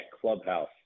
clubhouse